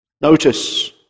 Notice